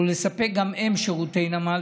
ולספק גם הם שירותי נמל,